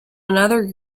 another